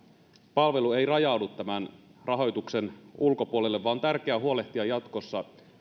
palvelu ei rajaudu tämän rahoituksen ulkopuolelle vaan on tärkeää huolehtia jatkossa